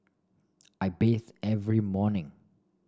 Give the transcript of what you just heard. I bathe every morning